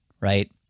right